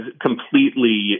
completely